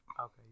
Okay